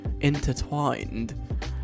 intertwined